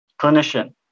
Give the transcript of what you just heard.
clinician